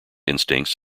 instincts